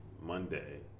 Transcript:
Monday